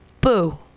Boo